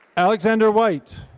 alexander white,